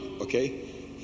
okay